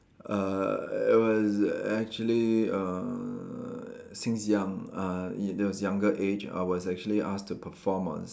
uh it was actually uh since young uh in at a younger age I was actually asked to perform on